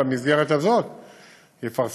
במסגרת הזאת יפרסמו,